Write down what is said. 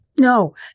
No